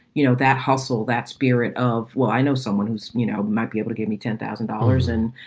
you know, that housel that spirit of well i know someone who's, you know, might be able to give me ten thousand dollars. and,